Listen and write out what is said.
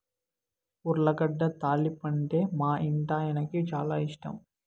ఉర్లగడ్డ తాలింపంటే మా ఇంటాయనకి చాలా ఇష్టం